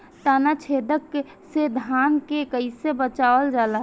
ताना छेदक से धान के कइसे बचावल जाला?